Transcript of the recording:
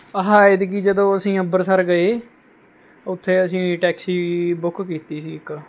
ਆਹ ਐਤਕੀ ਜਦੋਂ ਅਸੀਂ ਅੰਮ੍ਰਿਤਸਰ ਗਏ ਉੱਥੇ ਅਸੀਂ ਟੈਕਸੀ ਬੁੱਕ ਕੀਤੀ ਸੀ ਇੱਕ